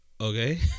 okay